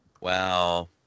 Wow